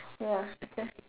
ya okay